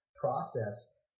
process